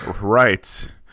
right